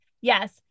yes